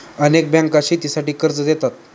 अनेक बँका शेतीसाठी कर्ज देतात